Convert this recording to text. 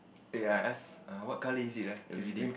eh I ask err what colour is it ah the building